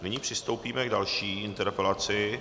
Nyní přistoupíme k další interpelaci.